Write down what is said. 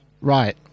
right